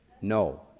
no